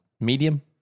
Medium